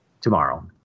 tomorrow